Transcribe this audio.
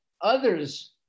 others